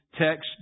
text